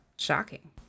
Shocking